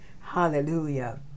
Hallelujah